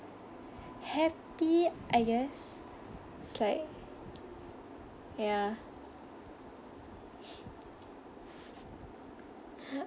happy I guess it's like ya